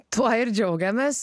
tuo ir džiaugiamės